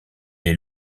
les